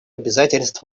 обязательств